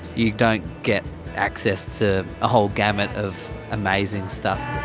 you don't get access to a whole gamut of amazing stuff